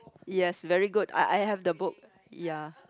yes very good I have the book ya